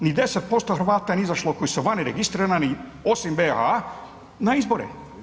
Ni 10% Hrvata nije izašlo koji su vani registrirani, osim BiH, na izbore.